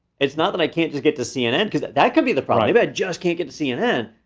it's not that i can't just get to cnn cuz that that could be the problem. maybe, i just can't get to cnn.